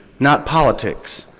not politics.